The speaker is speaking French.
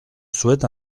souhaite